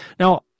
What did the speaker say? Now